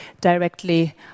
directly